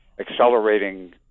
accelerating